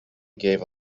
gave